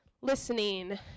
Listening